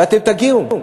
ואתם תגיעו.